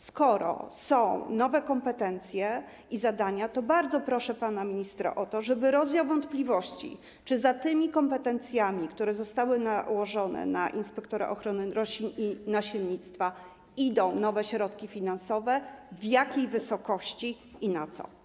Skoro są nowe kompetencje i zadania, to bardzo proszę pana ministra o to, żeby rozwiał wątpliwości co do tego, czy za kompetencjami, które zostały nałożone na inspektora ochrony roślin i nasiennictwa, idą nowe środki finansowe, w jakiej wysokości i na co.